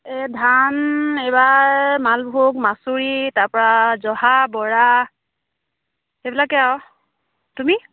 এই ধান এইবাৰ মালভোগ মাচুৰি তাৰপৰা জহা বৰা সেইবিলাকে আও তুমি